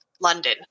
London